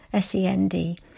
SEND